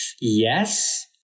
yes